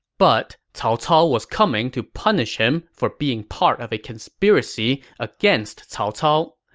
but cao cao was coming to punish him for being part of a conspiracy against cao cao.